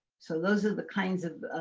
so those are the kinds of